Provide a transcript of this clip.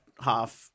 half